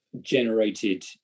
generated